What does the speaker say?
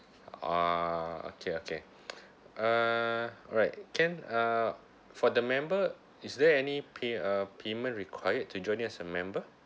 oh okay okay uh alright can uh for the member is there any pay uh payment required to join in as a member